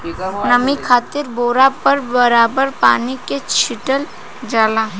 नमी खातिर बोरा पर बराबर पानी के छीटल जाला